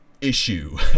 issue